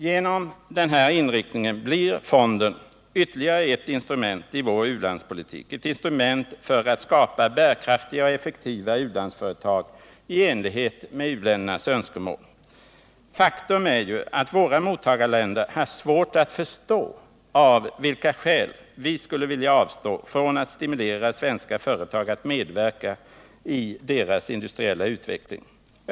Genom den här inriktningen blir fonden ytterligare ett instrument i vår ulandspolitik, ett instrument för att skapa bärkraftiga och effektiva ulandsföretag i enlighet med u-ländernas önskemål. Faktum är ju att våra mottagarländer haft svårt att förstå av vilka skäl vi skulle vilja avstå från att stimulera svenska företag att medverka i deras industriella utveckling.